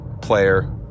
Player